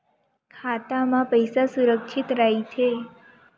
खाता मा पईसा सुरक्षित राइथे?